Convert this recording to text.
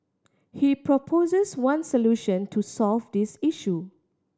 he proposes one solution to solve this issue